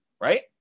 right